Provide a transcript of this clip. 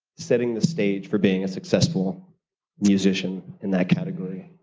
setting the stage for being a successful musician in that category?